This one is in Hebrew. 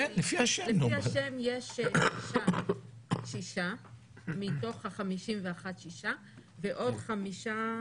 לפי השם יש שישה מתוך ה-51 ועוד חמישה